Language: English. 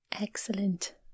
Excellent